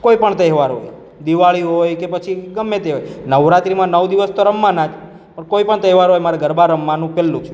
કોઈ પણ તહેવાર હોય દિવાળી હોય કે પછી ગમે તે હોય નવરાત્રીમાં નવ દિવસ તો રમવાના જ પણ કોઈ પણ તહેવાર હોય અમારે ગરબા રમવાનું પહેલું જ